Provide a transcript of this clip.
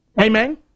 Amen